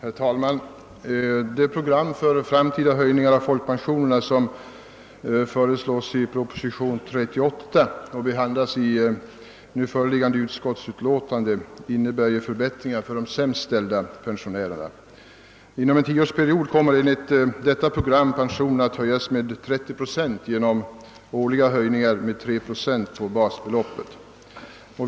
Herr talman! Det program för framtida höjningar av folkpensionerna som framlagts i proposition 38 och som behandlas i förevarande utskottsutlåtande innebär förbättringar för de sämst ställda pensionärerna. Inom en tioårsperiod kommer enligt detta program pensionerna att höjas med 30 procent genom årliga ökningar med 3 procent på basbeloppet.